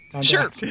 Sure